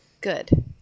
good